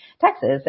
Texas